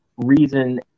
reason